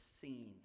seen